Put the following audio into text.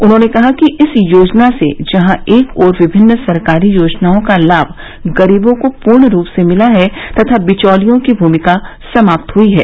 उन्होंने कहा कि इस योजना से जहां एक ओर विभिनन सरकारी योजनाओं का लाम गरीबों को पूर्ण रूप से मिला है तथा बिचौलियों की भूमिका समाप्त हुई है